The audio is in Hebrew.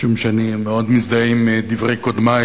משום שאני מזדהה מאוד עם דברי קודמי,